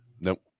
Nope